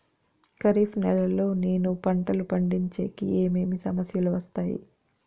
ఖరీఫ్ నెలలో నేను పంటలు పండించేకి ఏమేమి సమస్యలు వస్తాయి?